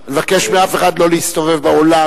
אני מבקש שאף אחד לא יסתובב באולם,